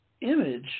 image